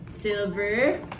Silver